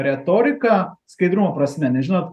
retoriką skaidrumo prasme nes žinot